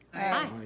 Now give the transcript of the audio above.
aye.